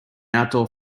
outdoor